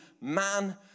man